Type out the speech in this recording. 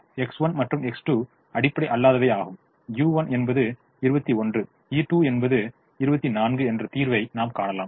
X1 மற்றும் X2 அடிப்படை அல்லாதவை ஆகும் u1 என்பது 21 u2 என்பது 24 என்ற தீர்வை நாம் காணலாம்